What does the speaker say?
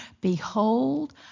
Behold